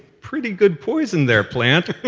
pretty good poison there, plant.